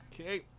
Okay